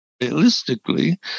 realistically